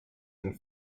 and